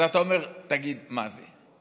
אז אתה אומר: תגיד, מה זה?